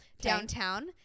downtown